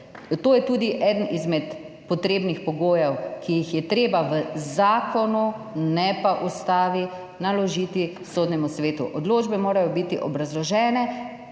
To je tudi eden izmed potrebnih pogojev, ki jih je treba v zakonu, ne pa ustavi, naložiti Sodnemu svetu. Odločbe morajo biti obrazložene